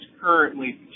currently